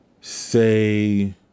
say